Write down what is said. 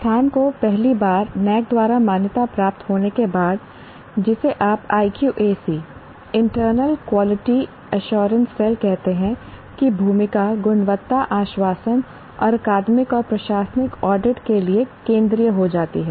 संस्थान को पहली बार NAAC द्वारा मान्यता प्राप्त होने के बाद जिसे आप IQAC internal quality assurance cell कहते हैं की भूमिका गुणवत्ता आश्वासन और अकादमिक और प्रशासनिक ऑडिट के लिए केंद्रीय हो जाती है